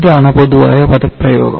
ഇതാണ് പൊതുവായ പദപ്രയോഗം